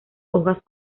hojas